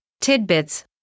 tidbits